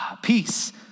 peace